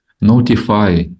notify